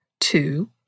Two